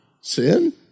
sin